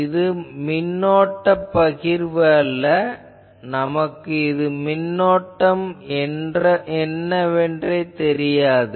இது மின்னோட்டப் பகிர்வு அல்ல நமக்கு இப்போது மின்னோட்டம் என்னவென்று தெரியாது